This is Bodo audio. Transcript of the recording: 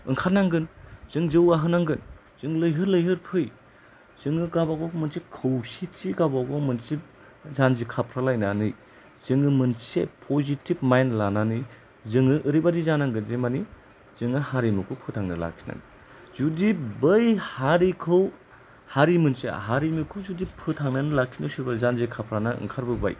ओंखारनांगोन जों जौगाहोनांगोन जों लैहोर लैहोर फै जोङो गावबागाव मोनसे खौसेथि गावबागाव मोनसे जानजि खाफ्रालायनानै जोङो मोनसे पजिटिभ माइन्द लानानै जोङो ओरैबादि जानांगोन जे माने जोङो हारिमुखौ फोथांनो लाखिनो हायो जुदि बै हारिखौ हारि मोनसेया हारिमुखौ जुदि फोथांनानै लाखिनो सोरबा जानजि खाफ्राना ओंखारबोबाय